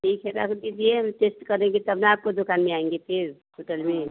ठीक है रख दीजिए हम टेस्ट करेंगे तब न आपके दुकान में आएँगे फिर होतल में